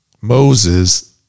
Moses